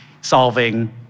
solving